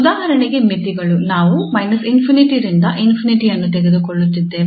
ಉದಾಹರಣೆಗೆ ಮಿತಿಗಳು ನಾವು −∞ ರಿಂದ ∞ ಅನ್ನು ತೆಗೆದುಕೊಳ್ಳುತ್ತಿದ್ದೇವೆ